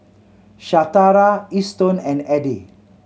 Shatara Eston and Edie